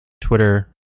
twitter